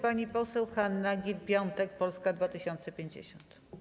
Pani poseł Hanna Gill-Piątek, Polska 2050.